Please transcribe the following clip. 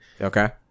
Okay